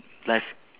life